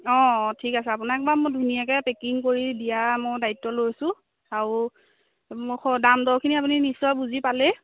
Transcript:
অঁ অঁ ঠিক আছে আপোনাক বা মই ধুনীয়াকে পেকিং কৰি দিয়া মই দায়িত্ব লৈছোঁ আৰু মোক দাম দৰখিনি আপুনি নিশ্চয় বুজি পালে